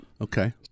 Okay